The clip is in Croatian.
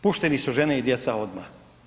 Pušteni su žene i djeca odmah.